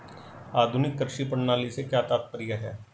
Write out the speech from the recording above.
आधुनिक कृषि प्रणाली से क्या तात्पर्य है?